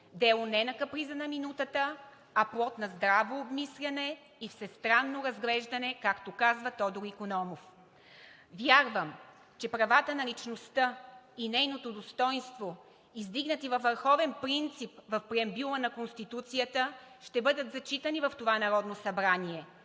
дело не на каприза на минутата, а плод на здраво обмисляне и всестранно разглеждане, както казва Тодор Икономов. Вярвам, че правата на личността и нейното достойнство, издигнати във върховен принцип в преамбюла на Конституцията, ще бъдат зачитани в това Народно събрание